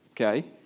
okay